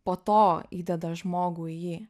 po to įdeda žmogų į jį